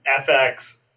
FX